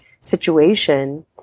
situation